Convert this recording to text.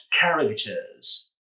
characters